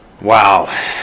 Wow